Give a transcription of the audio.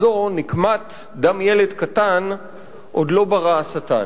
/ נקמה כזאת, נקמת דם ילד קטן / לא ברא השטן".